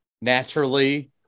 naturally